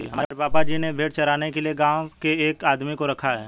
हमारे पापा जी ने भेड़ चराने के लिए गांव के एक आदमी को रखा है